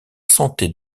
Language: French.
santé